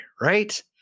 right